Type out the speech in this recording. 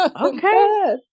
Okay